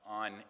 on